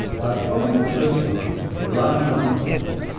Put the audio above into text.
but probably for the first time, for a large number of people,